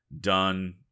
done